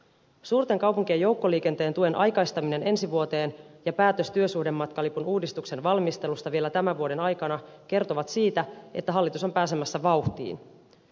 suurten kaupunkien joukkoliikenteen tuen aikaistaminen ensi vuoteen ja päätös työsuhdematkalipun uudistuksen valmistelusta vielä tämän vuoden aikana kertovat siitä että hallitus on pääsemässä vauhtiin